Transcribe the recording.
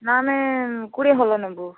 ନା ଆମେ କୋଡ଼ିଏ ହଲ ନେବୁ